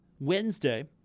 Wednesday